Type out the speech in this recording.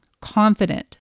confident